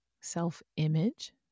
self-image